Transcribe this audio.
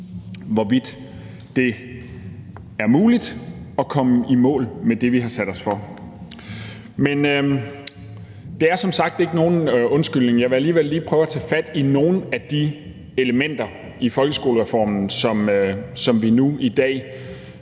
hvorvidt det er muligt at komme i mål med det, vi har sat os for. Men det er som sagt ikke nogen undskyldning. Jeg vil alligevel lige prøve at tage fat i nogle af de elementer i folkeskolereformen, som vi i dag